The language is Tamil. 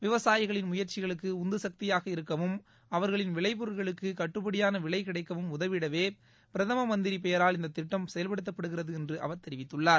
விவசாயிகளின் முயற்சிகளுக்கு உந்து சக்தியாக இருக்கவும் அவர்களின் விளைபொருளுக்கு கட்டுபடியான விலை கிடைக்கவும் உதவிடவே பிரதம மந்திரி பெயரால் இந்த திட்டம் செயல்படுத்தப்படுகிறது என்று அவர் தெரிவித்துள்ளார்